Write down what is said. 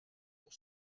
pour